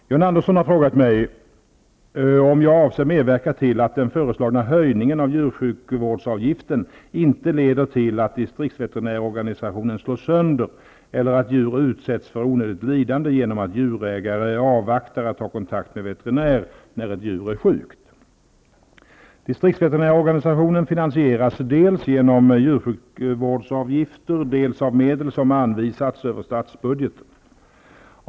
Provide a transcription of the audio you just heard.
Herr talman! John Andersson har frågat mig om jag avser medverka till att den föreslagna höjningen av djursjukvårdsavgiften inte leder till att distriktsveterinärorganisationen slås sönder eller att djur utsätts för onödigt lidande genom att djurägare avvaktar att ta kontakt med veterinär när ett djur är sjukt. Distriktsveterinärorganisationen finansieras dels genom djursjukvårdsavgifter, dels av medel som anvisats över statsbudgeten.